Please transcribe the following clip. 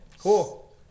Cool